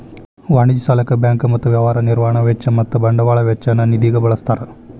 ವಾಣಿಜ್ಯ ಸಾಲಕ್ಕ ಬ್ಯಾಂಕ್ ಮತ್ತ ವ್ಯವಹಾರ ನಿರ್ವಹಣಾ ವೆಚ್ಚ ಮತ್ತ ಬಂಡವಾಳ ವೆಚ್ಚ ನ್ನ ನಿಧಿಗ ಬಳ್ಸ್ತಾರ್